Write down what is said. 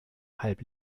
halb